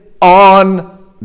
on